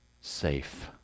Safe